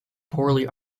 poorly